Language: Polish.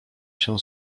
się